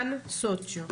אן סוצ'יו.